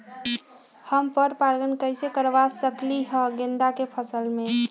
हम पर पारगन कैसे करवा सकली ह गेंदा के फसल में?